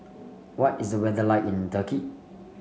what is the weather like in Turkey